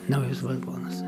naujus vagonus